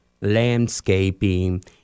landscaping